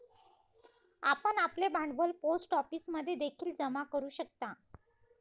आपण आपले भांडवल पोस्ट ऑफिसमध्ये देखील जमा करू शकता